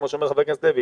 כפי שאומר חבר הכנסת לוי,